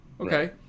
okay